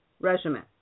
regimen